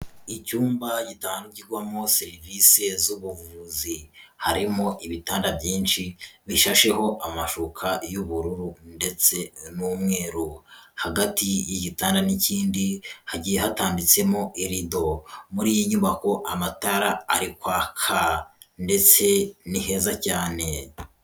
Icyumba gitangirwamo serivisi z'ubuvuzi, harimo ibitanda byinshi bishasheho amashuka y'ubururu ndetse n'umweru, hagati y'igitanda n'ikindi hagiye hatambitsemo irido, muri iyi nyubako amatara arikwaka ndetse niheza cyane.